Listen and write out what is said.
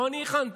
לא אני הכנתי,